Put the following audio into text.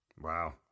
Wow